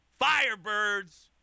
Firebirds